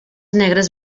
negres